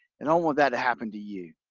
and i don't want that to happen to you